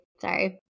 sorry